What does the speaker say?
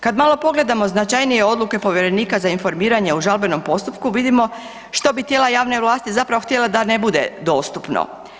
Kad malo pogledamo značajnije odluke Povjerenika za informiranje o žalbenom postupku vidimo što bi tijela javne vlasti zapravo htjela da ne bude dostupno.